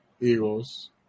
Eagles